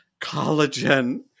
collagen